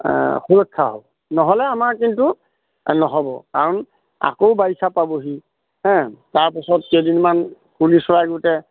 সুৰক্ষা হ'ব নহ'লে আমাৰ কিন্তু নহ'ব কাৰণ আকৌ বাৰিষা পাবহি হা তাৰপাছত কেইদিনমান কুলি চৰাই